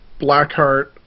Blackheart